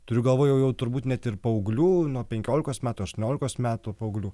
turiu galvoj jau jau turbūt net ir paauglių nuo penkiolikos metų aštuoniolikos metų paauglių